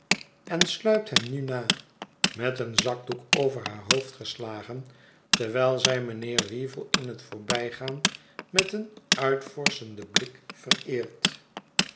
en sluipt hem nu na met een zakdoek over haar hoofd geslagen terwijl zij mijnheer weevle in het voorbijgaan met een uitvorschenden blik vereert